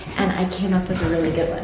and i came up with a really good one,